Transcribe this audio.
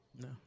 no